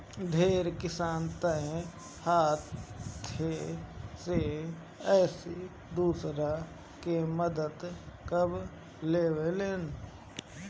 ढेर किसान तअ हाथे से एक दूसरा के मदद कअ लेवेलेन